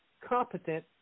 competent